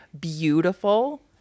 beautiful